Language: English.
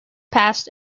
passed